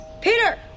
Peter